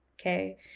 okay